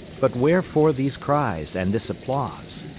but wherefore these cries and this applause?